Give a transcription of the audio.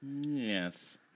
Yes